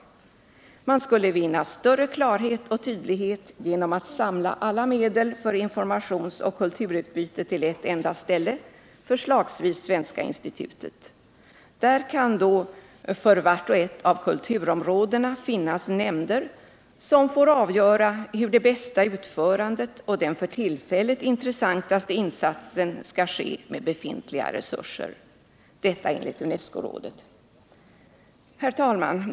Man skulle vinna större klarhet och tydlighet genom att samla alla medel för informationsoch kulturutbyte till ett enda ställe, förslagsvis Svenska institutet. Där kan då för vart och ett av kulturområdena finnas nämnder som får avgöra hur det bästa utförandet och den för tillfället intressantaste insatsen skulle ske med befintliga resurser — detta enligt UNESCO-rådet. Herr talman!